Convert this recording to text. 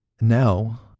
Now